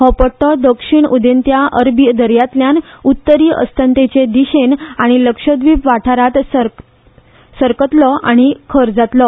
हो पड्टो दक्षिण उदेंत्या अरबी दर्यांतल्यान उत्तरी अस्तंतेचे दिशेन आनी लक्षद्वीप वाठारांत सरकतलो आनी खऱ जातलो